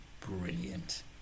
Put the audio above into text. brilliant